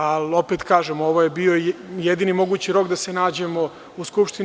Ali, opet kažem, ovo je bio jedini moguću rok da se nađemo u Skupštini.